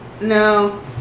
no